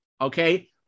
Okay